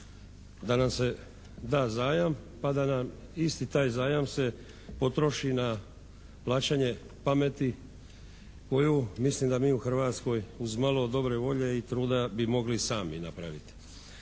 da nam se da zajam pa da nam isti taj zajam se potroši na plaćanje pameti koju mislim da mi u Hrvatskoj uz malo dobre volje i truda bi mogli i sami napraviti.